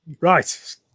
Right